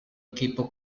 equipo